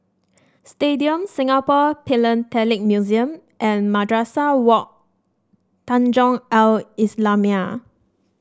Stadium Singapore Philatelic Museum and Madrasah Wak Tanjong Al Islamiah